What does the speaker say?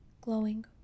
glowing